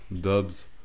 dubs